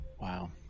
Wow